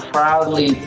Proudly